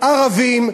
ערבים.